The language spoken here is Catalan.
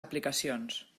aplicacions